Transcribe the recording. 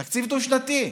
תקציב דו-שנתי,